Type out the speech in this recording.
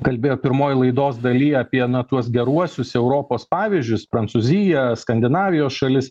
kalbėjo pirmoj laidos daly apie na tuos geruosius europos pavyzdžius prancūziją skandinavijos šalis